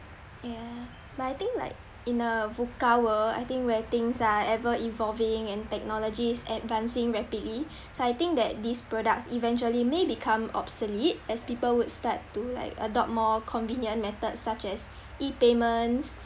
ya but I think like in a VUCA world I think where things are ever evolving and technology is advancing rapidly so I think that these products eventually may become obsolete as people would start to like adopt more convenient methods such as E payments